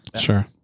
Sure